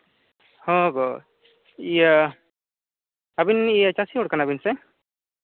ᱦᱮᱸ ᱜᱚ ᱤᱭᱟᱹ ᱟᱹᱵᱤᱱ ᱪᱟᱹᱥᱤ ᱦᱚᱲ ᱠᱟᱱᱟ ᱵᱤᱱ ᱥᱮ